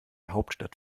hauptstadt